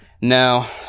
now